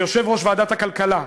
כיושב-ראש ועדת הכלכלה,